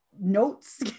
notes